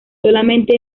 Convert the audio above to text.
solamente